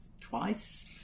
twice